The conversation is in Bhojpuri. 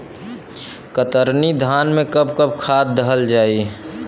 कतरनी धान में कब कब खाद दहल जाई?